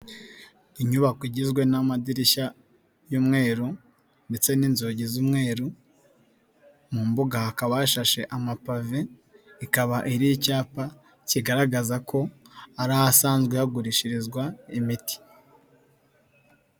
Inyubako igizwe n'amadirishya y'umweru ndetse n'inzugi z'umweru mu mbuga hakaba hashashe amapave ikaba iri icyapa kigaragaza ko ari ahasanzwe hagurishirizwa imiti.